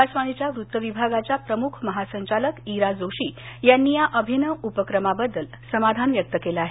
काशवाणीच्या वृत्तविभागाच्या प्रमुख महासंचालक इरा जोशी यांनी या अभिनव उपक्रमाबद्दल समाधान व्यक्त केलं हे